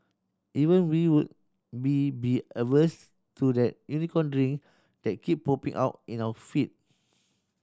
even we would be be averse to that Unicorn Drink that keep popping out in our feed